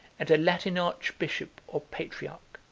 and a latin archbishop or patriarch.